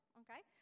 okay